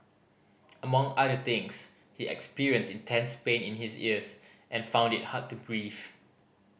among other things he experienced intense pain in his ears and found it hard to breathe